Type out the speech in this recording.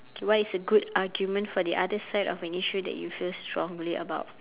what is a good argument for the other side of an issue that you feel strongly about